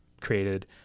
created